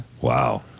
Wow